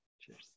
Cheers